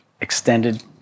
extended